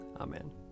Amen